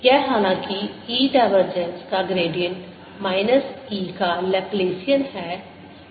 यह हालांकि E divergence का ग्रेडिएंट माइनस E का लेप्लेसियन है